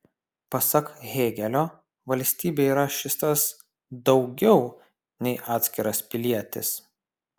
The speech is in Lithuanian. pasak hėgelio valstybė yra šis tas daugiau nei atskiras pilietis